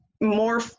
more